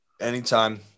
Anytime